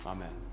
Amen